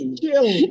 chill